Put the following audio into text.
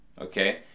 okay